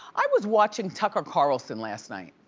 i was watching tucker carlson last night.